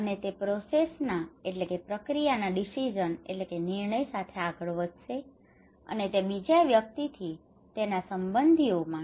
અને તે પ્રોસેસના process પ્રક્રિયા ડિસિજન decision નિર્ણય સાથે આગળ વધશે અને તે બીજા વ્યક્તિથી તેના સંબંધીઓમાં